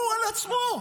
הוא על עצמו.